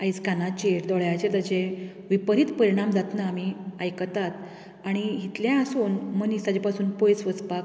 आयज कानाचेर दोळ्यांचेर तेजे विपरीत परिणाम जाता आमी आयकतात आनी इतलेंय आसून मनीस ताजे पासून पयस वचपाक